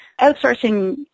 outsourcing